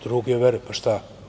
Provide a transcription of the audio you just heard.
Druge vere, pa šta?